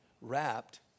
wrapped